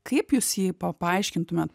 kaip jūs jį pa paaiškintumėt